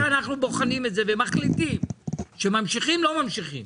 בלי שאנחנו בוחנים את זה ומחליטים שממשיכים או לא ממשיכים.